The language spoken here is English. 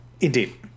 Indeed